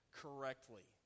correctly